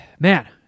Man